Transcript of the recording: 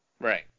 Right